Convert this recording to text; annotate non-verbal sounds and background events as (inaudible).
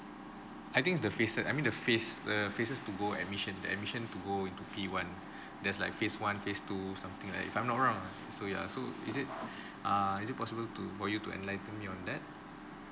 I think is the phases I mean the phase the phases to go admission admission to go into P one there's like phase one phase two something like if I'm not wrong ah so ya so is it (breath) err is it possible to for you to enlighten me on that